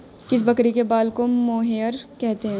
किस बकरी के बाल को मोहेयर कहते हैं?